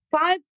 five